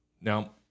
Now